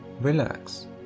relax